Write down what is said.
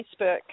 Facebook